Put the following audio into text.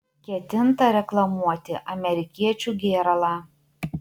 ketinta reklamuoti amerikiečių gėralą